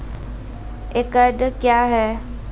एकड कया हैं?